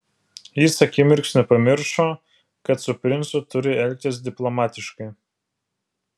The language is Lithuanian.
jis akimirksniu pamiršo kad su princu turi elgtis diplomatiškai